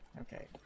Okay